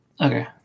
okay